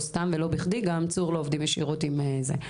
לא סתם ולא בכדי יחידת צור לא עובדים ישירות עם אזרחים.